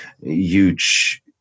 huge